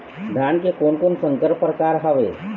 धान के कोन कोन संकर परकार हावे?